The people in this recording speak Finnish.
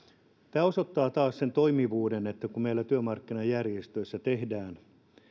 tämä osoittaa taas tämän toimivuuden kun meillä työmarkkinajärjestöissä tehdään